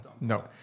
No